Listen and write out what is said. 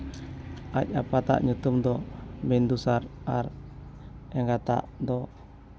ᱟᱡ ᱟᱯᱟᱛᱟᱜ ᱧᱩᱛᱩᱢ ᱫᱚ ᱵᱤᱱᱫᱩᱥᱟᱨ ᱟᱨ ᱮᱸᱜᱟᱛᱟᱜ ᱫᱚ